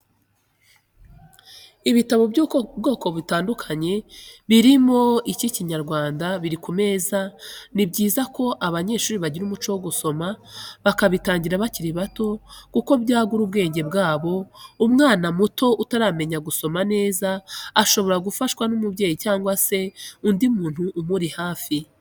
Ibitabo by'ubwoko butandukanye birimo icy'ikinyarwanda biri ku meza ni byiza ko abanyeshuri bagira umuco wo gusoma bakabitangira bakiri bato kuko byagura ubwenge bwabo, umwana muto utaramenya gusoma neza shobora gufashwa n'umubyeyi cyangwa se undi muntu umuri hafi.